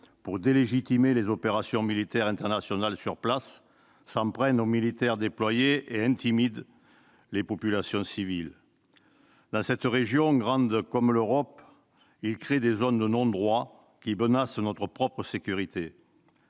pour délégitimer les opérations militaires internationales sur place, s'en prennent aux militaires déployés et intimident les populations civiles. Dans cette région grande comme l'Europe, ils créent des zones de non-droit qui menacent notre propre sécurité.